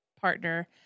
partner